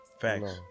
Facts